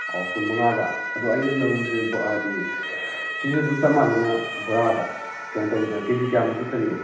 ꯑꯣ ꯀꯨꯟ ꯃꯉꯥꯗ ꯑꯗꯣ ꯑꯩꯅ ꯂꯧꯕꯁꯦ ꯍꯥꯏꯗꯤ ꯁꯤꯁꯨ ꯑꯗꯨꯝ ꯆꯞꯃꯥꯟꯅꯅ ꯕꯣꯔꯗ ꯀꯩꯅꯣ ꯇꯧꯒꯗ꯭ꯔꯥ ꯀꯦ ꯖꯤ ꯀꯌꯥ ꯃꯨꯛꯇꯤ ꯆꯟꯒꯦ